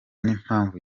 n’impamvu